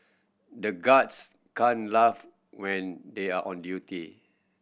the guards can't laugh when they are on duty